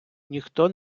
ніхто